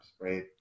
right